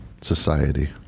Society